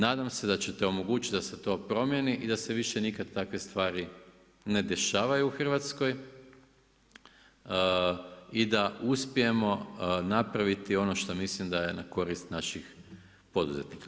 Nadam se da ćete omogućiti da se to promijeni i da se više nikad takve stvari ne dešavaju u Hrvatskoj i da uspijemo napraviti ono što mislim da je na korist naših poduzetnika.